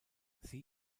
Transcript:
sie